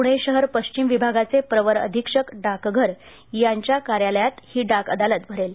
पुणे शहर पश्चिम विभागाचे प्रवर अधिक्षक डाकघर यांच्या कार्यालयात ही डाक अदालत भरेल